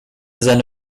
seine